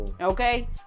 Okay